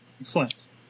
Excellent